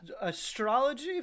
astrology